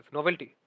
Novelty